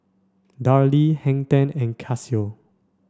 Darlie Hang Ten and Casio